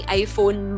iPhone